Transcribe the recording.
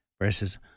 Verses